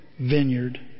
vineyard